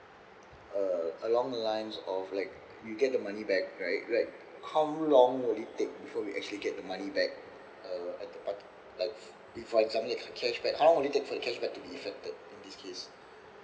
uh along lines of like you get the money back right like how long would it take before we actually get the money back uh like cashback how long would it for the cashback to be reflected in this case